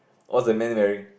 what's the man wearing